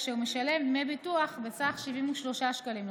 אשר משלם דמי ביטוח בסך 73 שקלים לחודש.